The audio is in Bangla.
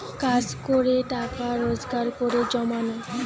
কাজ করে টাকা রোজগার করে জমানো